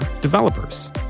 developers